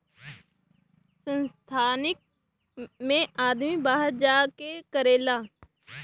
संस्थानिक मे आदमी बाहर जा के करेला